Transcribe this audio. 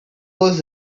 was